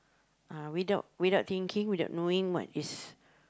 uh without without thinking without knowing what is